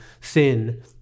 sin